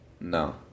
No